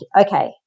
okay